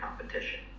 competition